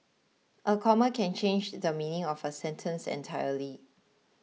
a comma can change the meaning of a sentence entirely